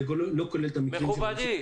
זה לא כולל את המקרים --- מכובדי,